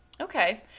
Okay